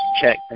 check